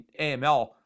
AML